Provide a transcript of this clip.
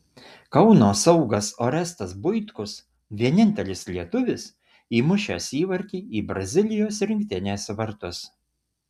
kauno saugas orestas buitkus vienintelis lietuvis įmušęs įvartį į brazilijos rinktinės vartus